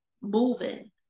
moving